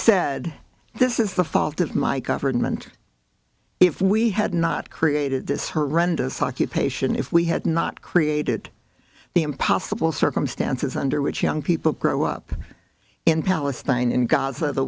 said this is the fault of my government if we had not created this horrendous occupation if we had not created the impossible circumstances under which young people grow up in palestine in g